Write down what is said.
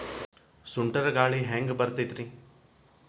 ಸುಂಟರ್ ಗಾಳಿ ಹ್ಯಾಂಗ್ ಬರ್ತೈತ್ರಿ?